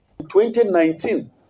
2019